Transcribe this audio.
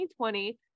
2020